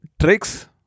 tricks